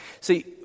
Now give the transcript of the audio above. See